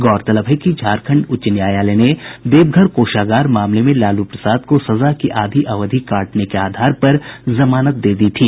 गौरतलब है कि झारखंड उच्च न्यायालय ने देवघर कोषागार मामले में लालू प्रसाद को सजा की आधी अवधि काटने के आधार पर जमानत दे दी थी